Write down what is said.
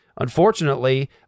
unfortunately